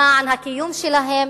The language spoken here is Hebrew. למען הקיום שלהם,